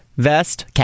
Vest